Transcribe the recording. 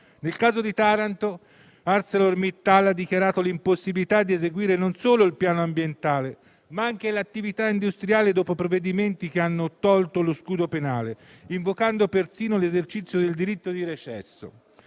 nel caso di Taranto, ArcelorMittal ha dichiarato l'impossibilità di eseguire non solo il piano ambientale, ma anche l'attività industriale, dopo provvedimenti che hanno tolto lo scudo penale, invocando persino l'esercizio del diritto di recesso.